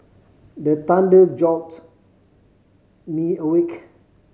the thunder jolt me awake